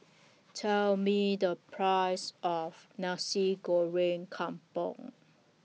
Tell Me The Price of Nasi Goreng Kampung